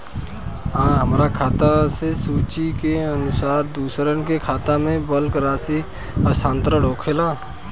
आ हमरा खाता से सूची के अनुसार दूसरन के खाता में बल्क राशि स्थानान्तर होखेला?